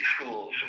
Schools